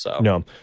No